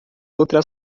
outra